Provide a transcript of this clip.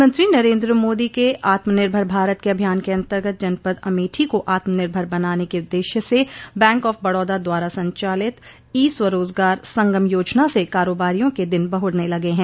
प्रधानमंत्री नरेन्द्र मोदी के आत्मनिर्भर भारत के अभियान के अन्तर्गत जनपद अमेठी को आत्मनिर्भर बनाने को उद्देश्य से बक ऑफ बड़ौदा द्वारा संचालित ई स्वरोजगार संगम योजना से कारोबारियों के दिन बहुरने लगे हैं